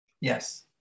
Yes